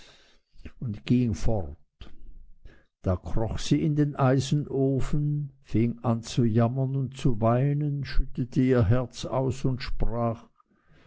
und ging fort da kroch sie in den eisenofen fing an zu jammern und zu weinen schüttete ihr herz aus und sprach